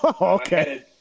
Okay